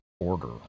order